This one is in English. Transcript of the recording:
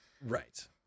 Right